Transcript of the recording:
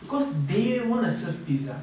because they want to serve pizza